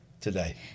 today